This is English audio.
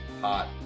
hot